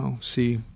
see